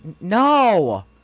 no